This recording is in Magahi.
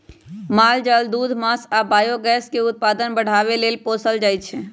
माल जाल दूध मास आ बायोगैस के उत्पादन बढ़ाबे लेल पोसल जाइ छै